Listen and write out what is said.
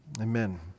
amen